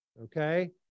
Okay